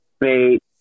bait